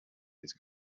his